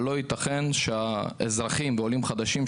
אבל לא ייתכן שהאזרחים והעולים החדשים,